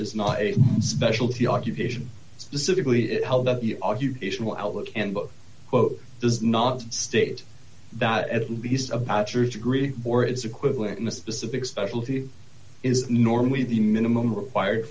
is not a specialty occupation specifically it held up the occupational outlook and both does not state that at least a bachelor's degree or its equivalent in a specific specialty is normally the minimum required